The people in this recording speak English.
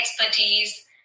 expertise